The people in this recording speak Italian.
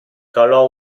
calò